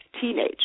teenage